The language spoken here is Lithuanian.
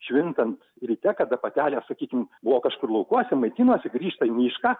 švintant ryte kada patelė sakykim buvo kažkur laukuose maitinosi grįžta į mišką